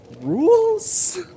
rules